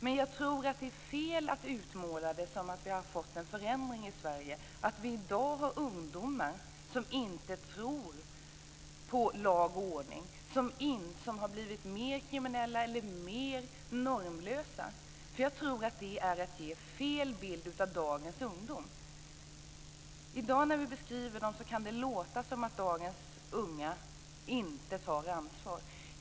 Men jag tror att det är fel att framställa det som om det i dag har skett en förändring i Sverige, som om ungdomar i dag inte tror på lag och ordning och har blivit mer kriminella eller normlösa. Jag tror att det är att ge fel bild av dagens ungdom. När vi beskriver ungdomar i dag kan det låta som om de inte tar ansvar.